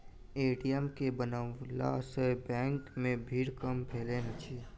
ATM के बनओला सॅ बैंक मे भीड़ कम भेलै अछि